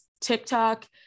TikTok